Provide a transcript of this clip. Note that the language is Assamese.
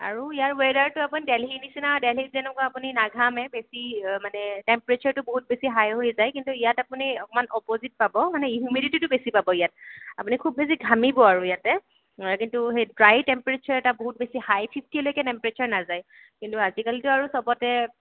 আৰু ইয়াৰ ৱেডাৰটো আপুনি দিল্লীৰ নিচিনা দিল্লীত যেনেকুৱা আপুনি নাঘামে বেছি মানে টেম্প্ৰেচাৰটো বহুত বেছি হাই হৈ যায় কিন্তু ইয়াত আপুনি অকণমান অপ'জিট পাব মানে হিউমিডিটিটো বেছি পাব ইয়াত আপুনি খুব বেছি ঘামিব আৰু ইয়াতে কিন্তু সেইটো ড্ৰাই টেম্প্ৰেচাৰ এটা বহুত বেছি হাই ফীফটীলৈকে টেম্প্ৰেচাৰ নাযায় কিন্তু আজিকালিটো আৰু চবতে